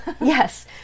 Yes